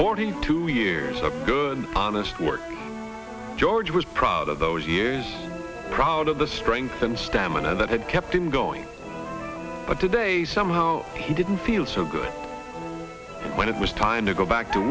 forty two years of good honest work george was proud of those years proud of the strength and stamina that had kept him going but today somehow he didn't feel so good when it was time to go back to